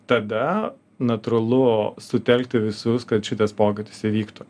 tada natūralu sutelkti visus kad šitas pokytis įvyktų